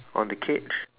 on the cage